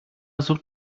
sucht